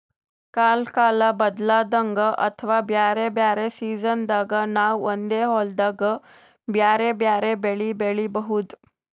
ಕಲ್ಕಾಲ್ ಬದ್ಲಾದಂಗ್ ಅಥವಾ ಬ್ಯಾರೆ ಬ್ಯಾರೆ ಸಿಜನ್ದಾಗ್ ನಾವ್ ಒಂದೇ ಹೊಲ್ದಾಗ್ ಬ್ಯಾರೆ ಬ್ಯಾರೆ ಬೆಳಿ ಬೆಳಿಬಹುದ್